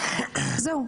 זהו.